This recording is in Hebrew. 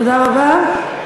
תודה רבה.